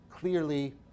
clearly